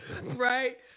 right